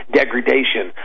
degradation